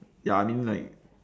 ya I mean like